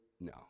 No